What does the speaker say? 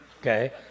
okay